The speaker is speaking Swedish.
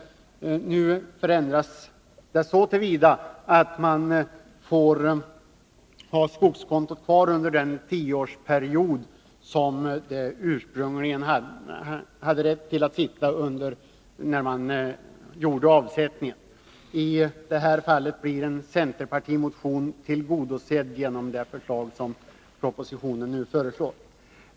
Nu förändras det så till vida att skogskontot får vara kvar under den tioårsperiod som var den ursprungliga rättigheten då avsättningen gjordes. I det här fallet blir en centerpartimotion tillgodosedd genom det förslag som propositionen lägger fram.